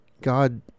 God